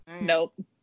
Nope